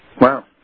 Wow